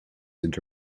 into